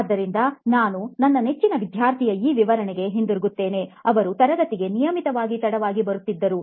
ಆದ್ದರಿಂದ ನಾವು ನನ್ನ ನೆಚ್ಚಿನ ವಿದ್ಯಾರ್ಥಿಯ ಈ ವಿವರಣೆಗೆ ಹಿಂತಿರುಗುತ್ತೇವೆ ಅವರು ತರಗತಿಗೆ ನಿಯಮಿತವಾಗಿ ತಡವಾಗಿ ಬರುತ್ತಿದ್ದರು